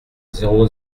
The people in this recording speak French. zéro